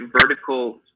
vertical